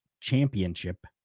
championship